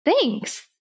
Thanks